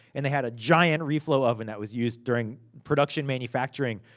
and they had a giant reflow oven, that was used during production manufacturering.